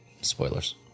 spoilers